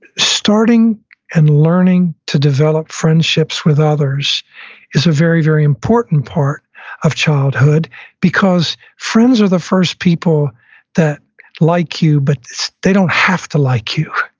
starting and learning to develop friendships with others is a very, very important part of childhood because friends are the first people that like you, but they don't have to like you,